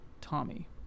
Tommy